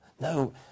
No